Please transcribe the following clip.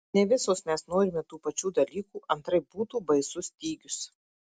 ne visos mes norime tų pačių dalykų antraip būtų baisus stygius